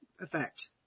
effect